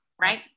right